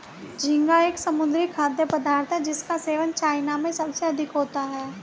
झींगा एक समुद्री खाद्य पदार्थ है जिसका सेवन चाइना में सबसे अधिक होता है